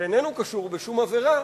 שאיננו קשור לשום עבירה